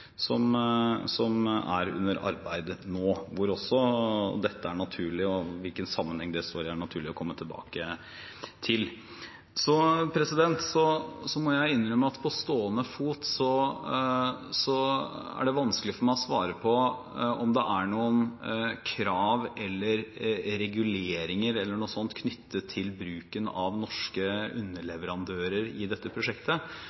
om, som er under arbeid nå, hvor også dette og hvilken sammenheng det står i, er naturlig å komme tilbake til. Jeg må innrømme at det på stående fot er vanskelig for meg å svare på om det er noen krav eller reguleringer osv. knyttet til bruken av norske underleverandører i dette prosjektet.